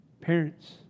Parents